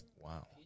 wow